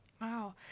wow